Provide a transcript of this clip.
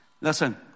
Listen